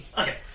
Okay